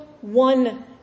one